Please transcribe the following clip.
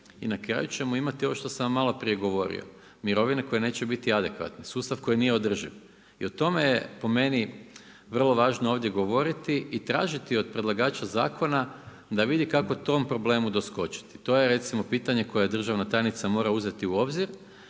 i na kraju ćemo imati ovo što sam vam maloprije govorio, mirovine koje neće biti adekvatne. Su stav koji nije održiv. I o tome je po meni, vrlo važno ovdje govoriti i tražiti od predlagača zakona da vidi kako tom problemu doskočiti, to je recimo pitanje koje državna tajnica mora uzeti u obzir